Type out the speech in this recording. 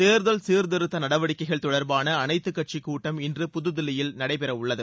தேர்தல் சீர்த்திருத்த நடவடிக்கைகள் தொடர்பான அனைத்துக் கட்சி கூட்டம் இன்று புதுதில்லியில் நடைபெற உள்ளது